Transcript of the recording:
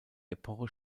epoche